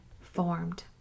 formed